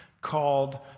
called